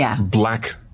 black